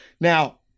now